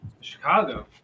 Chicago